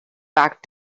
back